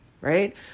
right